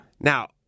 Now